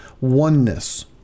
oneness